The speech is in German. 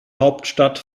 hauptstadt